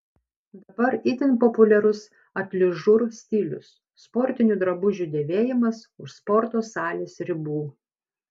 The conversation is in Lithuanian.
dabar itin populiarus atližur stilius sportinių drabužių dėvėjimas už sporto salės ribų